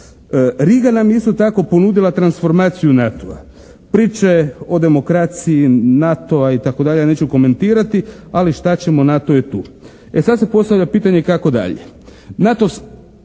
Riga nam je isto tako ponudila transformaciju NATO-a. priče o demokraciji NATO-a itd. ja neću komentirati, ali šta ćemo, NATO je tu. E sada se postavlja pitanje kako dalje.